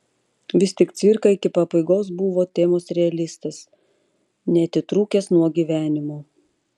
vis tik cvirka iki pabaigos buvo temos realistas neatitrūkęs nuo gyvenimo